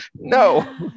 No